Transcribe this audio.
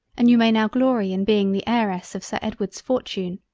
and you may now glory in being the heiress of sir edward's fortune.